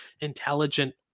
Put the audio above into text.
intelligent